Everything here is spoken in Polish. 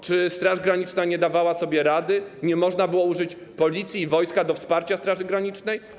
Czy Straż Graniczna nie dawała sobie rady, nie można było użyć Policji, wojska do wsparcia Straży Granicznej?